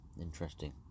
interesting